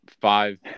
five